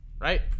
Right